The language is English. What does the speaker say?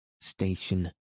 station